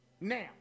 Now